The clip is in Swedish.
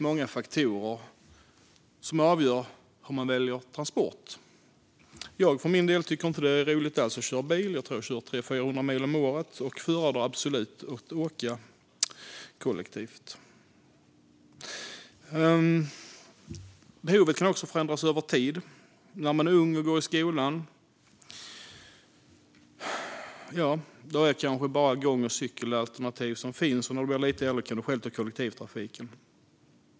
Många faktorer avgör vilken transport man väljer. Jag själv tycker inte om att köra bil och kör kanske bara 300-400 mil om året. Jag föredrar absolut att åka kollektivt. Behoven kan också förändras över tid. När man som liten går i skolan går eller cyklar man, om man inte får skjuts. Som lite äldre kan man åka kollektivt.